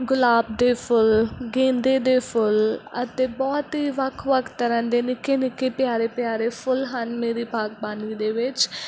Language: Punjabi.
ਗੁਲਾਬ ਦੇ ਫੁੱਲ ਗੇਂਦੇ ਦੇ ਫੁੱਲ ਅਤੇ ਬਹੁਤ ਹੀ ਵੱਖ ਵੱਖ ਤਰ੍ਹਾਂ ਦੇ ਨਿੱਕੇ ਨਿੱਕੇ ਪਿਆਰੇ ਪਿਆਰੇ ਫੁੱਲ ਹਨ ਮੇਰੀ ਬਾਗਬਾਨੀ ਦੇ ਵਿੱਚ